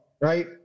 right